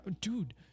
dude